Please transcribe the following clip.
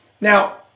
Now